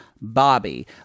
Bobby